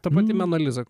ta pati mona liza